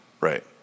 Right